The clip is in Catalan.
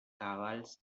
cavalls